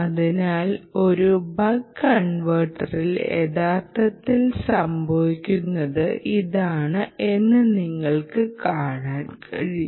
അതിനാൽ ഒരു ബക്ക് കൺവെർട്ടറിൽ യഥാർത്ഥത്തിൽ സംഭവിക്കുന്നത് ഇതാണ് എന്ന് നിങ്ങൾക്ക് കാണാൻ കഴിയും